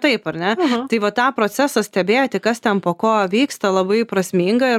taip ar ne tai va tą procesą stebėti kas ten po ko vyksta labai prasminga